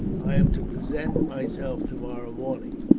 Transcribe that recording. i am to present myself tomorrow morning.